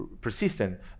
persistent